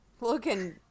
Looking